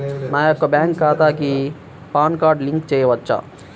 నా యొక్క బ్యాంక్ ఖాతాకి పాన్ కార్డ్ లింక్ చేయవచ్చా?